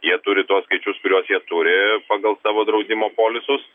jie turi tuos skaičius kuriuos jie turi pagal savo draudimo polisus